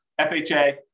FHA